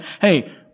hey